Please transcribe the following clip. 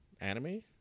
anime